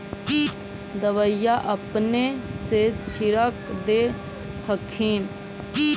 दबइया अपने से छीरक दे हखिन?